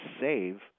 save